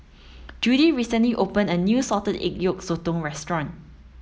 Judie recently open a new salted egg yolk sotong restaurant